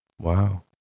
Wow